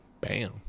bam